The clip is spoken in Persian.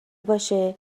باشه